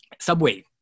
Subway